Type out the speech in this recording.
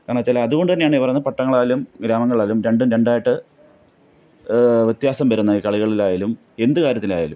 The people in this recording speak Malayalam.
കാരണം വെച്ചാൽ അതുകൊണ്ടുതന്നെയാണ് പറയുന്നത് പട്ടണങ്ങളായാലും ഗ്രാമങ്ങളായാലും രണ്ടും രണ്ടായിട്ട് വ്യത്യാസം വരുന്ന ഈ കളികളിലായാലും എന്ത് കാര്യത്തിലായാലും